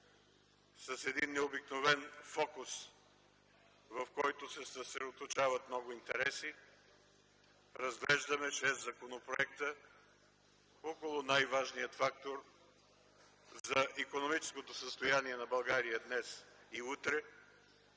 с един необикновен фокус, в който се съсредоточават много интереси. Разглеждаме шест законопроекта около най-важния фактор за икономическото състояние на България днес и утре,